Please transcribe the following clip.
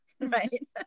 Right